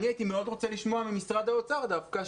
אני הייתי רוצה לשמוע ממשרד האוצר דווקא,